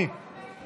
אנחנו עוברים